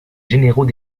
généraux